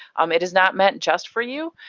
um it is not meant just for you,